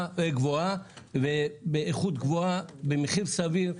גבוהה ובאיכות גבוהה, במחיר סביר.